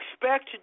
Expect